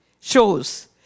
shows